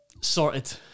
sorted